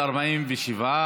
התשע"ח 2018,